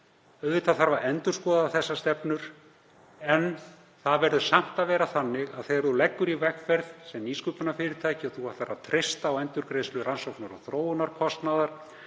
Auðvitað þarf að endurskoða þessar stefnur. Það verður samt að vera þannig að þegar lagt er í vegferð sem nýsköpunarfyrirtæki og ætlunin er að treysta á endurgreiðslu rannsóknar- og þróunarkostnaðar,